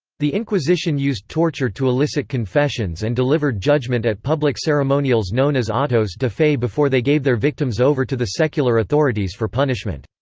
the inquisition used torture to elicit confessions and delivered judgment at public ceremonials known as autos de fe before they gave their victims over to the secular authorities for punishment.